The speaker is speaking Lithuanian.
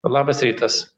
labas rytas